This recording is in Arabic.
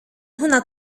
هنا